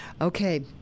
okay